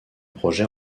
projet